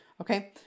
Okay